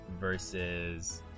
versus